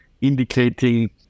indicating